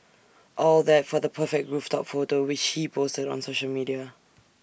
all that for the perfect rooftop photo which he posted on social media